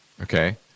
okay